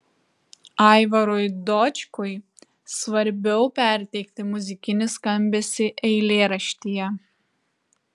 aivarui dočkui svarbiau perteikti muzikinį skambesį eilėraštyje